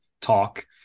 talk